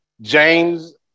James